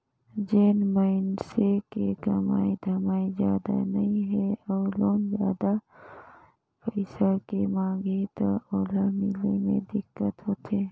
जेन मइनसे के कमाई धमाई जादा नइ हे अउ लोन जादा पइसा के मांग ही त ओला मिले मे दिक्कत होथे